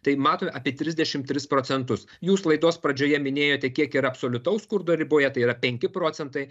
tai matome apie trisdešim tris procentus jūs laidos pradžioje minėjote kiek yra absoliutaus skurdo riboje tai yra penki procentai